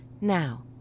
Now